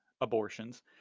abortions